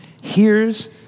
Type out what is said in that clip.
hears